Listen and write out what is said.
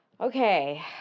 Okay